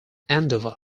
andover